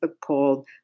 called